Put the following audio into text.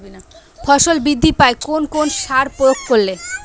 ফসল বৃদ্ধি পায় কোন কোন সার প্রয়োগ করলে?